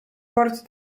port